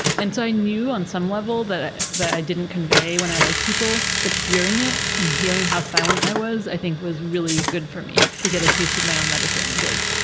and so i knew on some level that ah i didn't convey when i liked people, but hearing it and hearing how silent i was, i think was really good for me, to get a taste of my own medicine, of like,